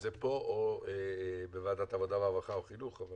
זה פה או בוועדת העבודה והרווחה או החינוך.